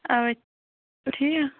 اوے ٹھیٖک